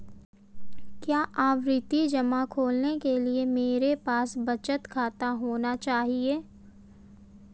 क्या आवर्ती जमा खोलने के लिए मेरे पास बचत खाता होना चाहिए?